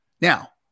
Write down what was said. Now